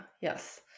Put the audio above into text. Yes